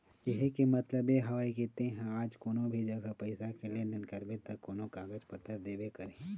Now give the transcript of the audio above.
केहे के मतलब ये हवय के ते हा आज कोनो भी जघा पइसा के लेन देन करबे ता तोला कागज पतर देबे करही